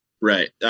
Right